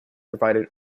provided